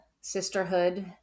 sisterhood